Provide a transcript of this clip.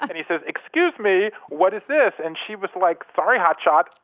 and he says, excuse me. what is this? and she was like, sorry, hotshot.